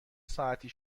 ساعتی